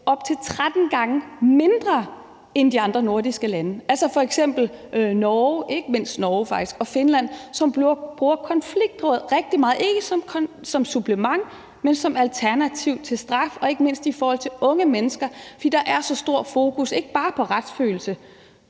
op til 13 gange mindre end de andre nordiske lande. Det gælder ikke mindst Norge og Finland, som bruger konfliktråd rigtig meget, ikke kun som supplement, men som alternativ til straf og ikke mindst i forhold til unge mennesker, fordi der er så stort et fokus ikke bare på retsfølelse,